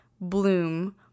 bloom